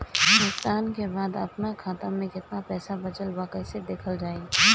भुगतान के बाद आपन खाता में केतना पैसा बचल ब कइसे देखल जाइ?